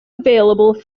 available